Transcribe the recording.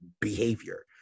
behavior